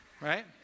right